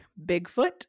Bigfoot